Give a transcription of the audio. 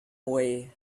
way